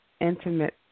intimate